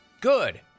Good